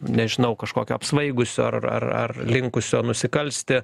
nežinau kažkokio apsvaigusio ar ar ar linkusio nusikalsti